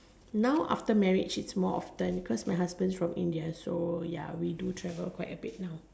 now after marriage it's more often cause my husband is from India so ya we do travel quite a bit now